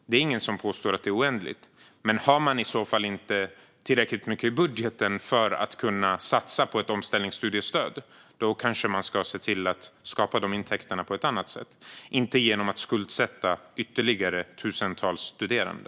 Det är ingen som påstår att de är oändliga, men har man inte tillräckligt mycket i budgeten för att kunna satsa på ett omställningsstudiestöd kanske man ska se till att skapa dessa intäkter på ett annat sätt än genom att skuldsätta ytterligare tusentals studerande.